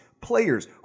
players